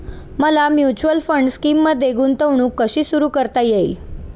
मला mutual fund स्कीममध्ये गुंतवणूक कशी सुरू करता येईल?